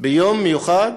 ביום מיוחד